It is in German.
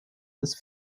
des